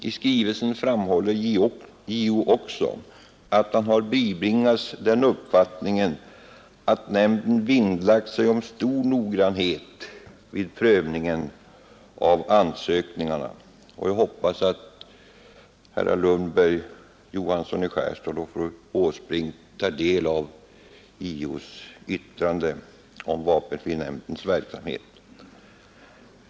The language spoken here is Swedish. I skrivelsen framhåller JO att han har ”bibringats den uppfattningen att nämnden vinnlagt sig om stor noggrannhet vid prövning av ansökningarna”. Jag hoppas att herr Lundberg, herr Johansson i Skärstad och fru Åsbrink tar del av JO:s yttrande om vapenfrinämndens verksamhet.